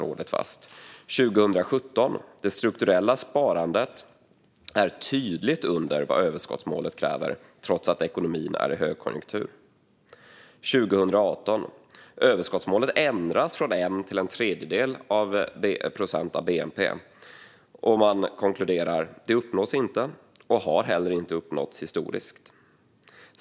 År 2017 sa man att det strukturella sparandet låg tydligt under vad överskottsmålet krävde, trots att det var högkonjunktur i ekonomin. År 2018 ändras överskottsmålet från 1 till ? procent av bnp. Rådet konkluderar att det inte uppnås och inte heller har uppnåtts historiskt.